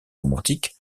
romantiques